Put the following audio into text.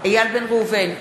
איל בן ראובן,